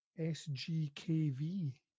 SGKV